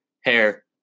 hair